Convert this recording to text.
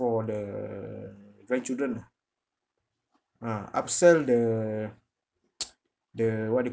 for the grandchildren ah ah upsell the the what do you